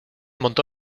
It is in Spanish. montó